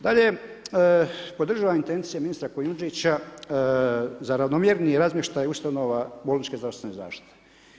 Dalje, podržavam intencije ministra Kujundžića za ravnomjerniji razmještaj ustanova bolničke zdravstvene zaštite.